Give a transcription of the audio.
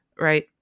right